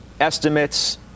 estimates